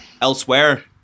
elsewhere